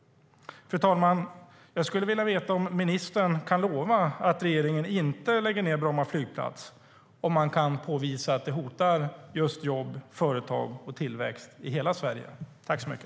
Fru talman! Jag skulle vilja veta om ministern kan lova att regeringen inte lägger ned Bromma flygplats om man kan påvisa att det hotar just jobb, företag och tillväxt i hela Sverige.